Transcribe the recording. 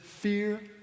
fear